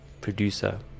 Producer